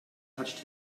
touched